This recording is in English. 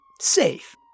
safe